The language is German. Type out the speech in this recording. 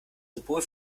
symbol